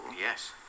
Yes